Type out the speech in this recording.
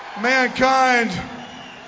mankind